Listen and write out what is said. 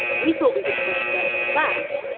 we thought we would push death back,